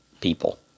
people